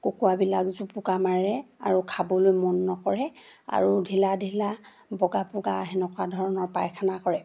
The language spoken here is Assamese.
কুকুৱাবিলাক জুপুকা মাৰে আৰু খাবলৈ মন নকৰে আৰু ঢিলা ঢিলা বগা বগা সেনেকুৱা ধৰণৰ পায়খানা কৰে